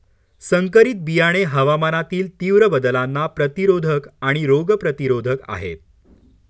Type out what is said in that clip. संकरित बियाणे हवामानातील तीव्र बदलांना प्रतिरोधक आणि रोग प्रतिरोधक आहेत